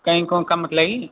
କାଇଁ କ'ଣ କାମ ଥିଲା କି